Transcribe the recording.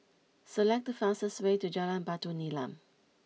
select the fastest way to Jalan Batu Nilam